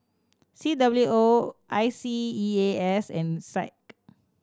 C W O I C E A S and SAC